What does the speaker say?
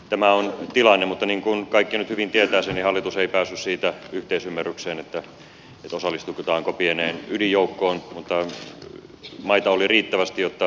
tämä on tilanne mutta niin kuin kaikki nyt hyvin tietävät sen niin hallitus ei päässyt yhteisymmärrykseen siitä osallistutaanko pieneen ydinjoukkoon mutta maita oli riittävästi jotta